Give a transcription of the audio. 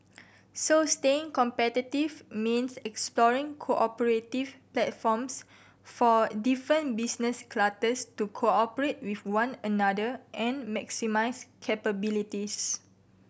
so staying competitive means exploring cooperative platforms for different business clusters to cooperate with one another and maximise capabilities